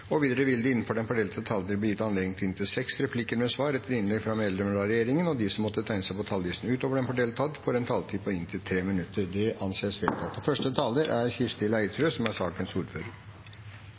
Videre vil det – innenfor den fordelte taletid – bli gitt anledning til inntil seks replikker med svar etter innlegg fra medlemmer av regjeringen, og de som måtte tegne seg på talerlisten utover den fordelte taletid, får en taletid på inntil 3 minutter. Jeg ønsker å takke komiteen for godt arbeid og